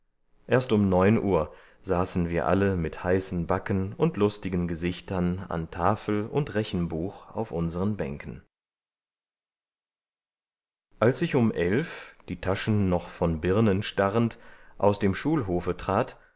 erst um neun uhr saßen wir alle mit heißen backen und lustigen gesichtern an tafel und rechenbuch auf unseren bänken als ich um elf die taschen noch von birnen starrend aus dem schulhofe trat